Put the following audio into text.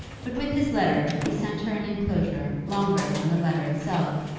but with his letter he sent her an enclosure longer than the letter itself,